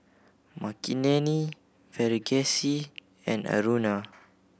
Makineni Verghese and Aruna